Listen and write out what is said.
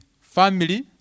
family